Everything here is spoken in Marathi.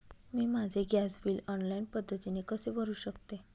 मी माझे गॅस बिल ऑनलाईन पद्धतीने कसे भरु शकते?